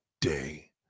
day